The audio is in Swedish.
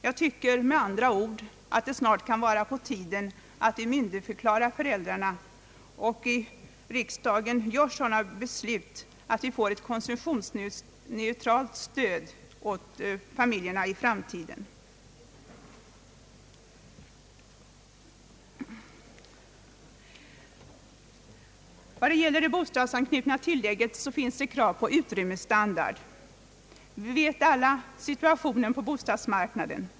Jag tycker med andra ord att det snart kan vara på tiden att myndigförklara föräldrarna och att riksdagen i dag uttalar sig för ett konsumtionsneutralt stöd åt barnfamiljerna i framtiden. När det gäller det bostadsanknutna tillägget finns det krav på utrymmesstandard. Vi känner alla till situationen på bostadsmarknaden.